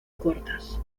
cortas